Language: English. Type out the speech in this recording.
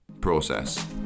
Process